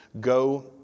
go